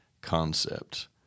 concept